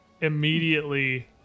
immediately